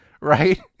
right